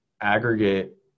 aggregate